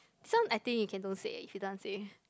this one I think you can don't say if you don't want say